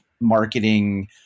marketing